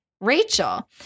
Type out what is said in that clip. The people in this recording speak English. Rachel